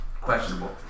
questionable